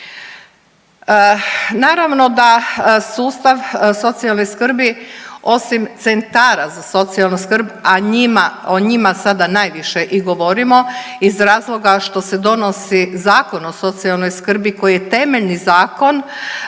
Naravno da sustav socijalne skrbi osim centara za socijalnu skrb, a njima, o njima sada najviše i govorimo iz razloga što se donosi Zakon o socijalnoj skrbi koji je temeljni zakon